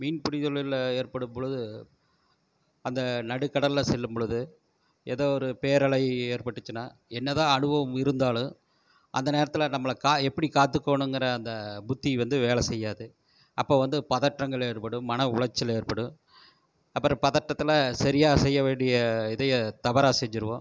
மீன்பிடித் தொழிலில் ஏற்படும்பொழுது அந்த நடுக்கடலில் செல்லும்பொழுது எதோ ஒரு பேரலை ஏற்பட்டுச்சுன்னால் என்னதான் அனுபவம் இருந்தாலும் அந்த நேரத்தில் நம்ம கா எப்படி கற்றுக்கணுங்குற அந்த புத்தி வந்து வேலை செய்யாது அப்போது வந்து பதற்றங்கள் ஏற்படும் மனஉளைச்சல் ஏற்படும் அப்புறம் பதற்றத்தில் சரியாக செய்ய வேண்டிய இதையே தவறாக செஞ்சிடுவோம்